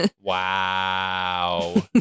Wow